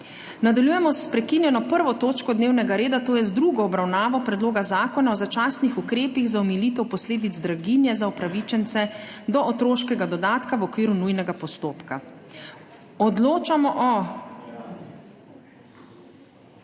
Nadaljujemo s prekinjeno 1. točko dnevnega reda, to je z drugo obravnavo Predloga zakona o začasnih ukrepih za omilitev posledic draginje za upravičence do otroškega dodatka v okviru nujnega postopka. Odločamo o